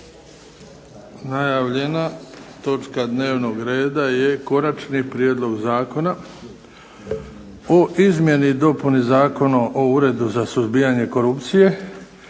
(HDZ)** Prelazimo na Konačni prijedlog Zakona o izmjeni i dopuni Zakona o Uredu za suzbijanje korupcije